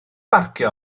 barcio